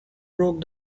broke